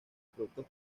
productos